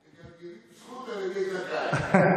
מגלגלים זכות על ידי זכאי.